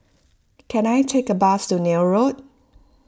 can I take a bus to Neil Road